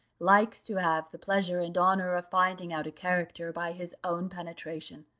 likes to have the pleasure and honour of finding out a character by his own penetration,